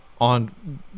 on